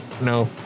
No